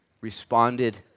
responded